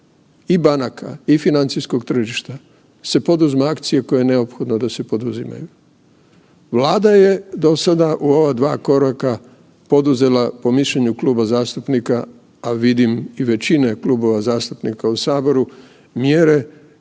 i banaka i financijskog tržišta, se poduzmu akcije koje je neophodno da se poduzimaju. Vlada je do sada u ova 2 koraka poduzela po mišljenju kluba zastupnika, a vidim i većine klubova zastupnika u saboru, mjere